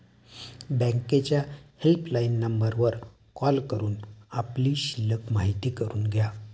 बँकेच्या हेल्पलाईन नंबरवर कॉल करून आपली शिल्लक माहिती करून घ्या